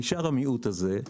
נשאר המיעוט הזה.